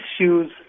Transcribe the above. issues